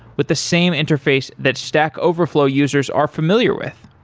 with the same interface that stack overflow users are familiar with.